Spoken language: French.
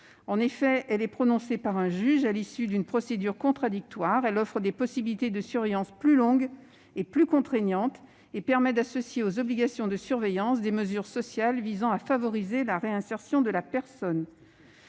En effet, cette mesure est prononcée par un juge, à l'issue d'une procédure contradictoire ; elle offre des possibilités de surveillance plus longues et plus contraignantes et permet d'associer aux obligations de surveillance des mesures sociales visant à favoriser la réinsertion de la personne.